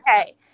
Okay